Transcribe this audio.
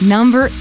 Number